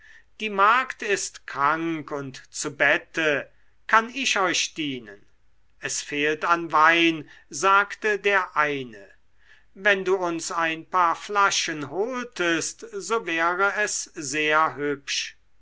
die magd ist krank und zu bette kann ich euch dienen es fehlt an wein sagte der eine wenn du uns ein paar flaschen holtest so wäre es sehr hübsch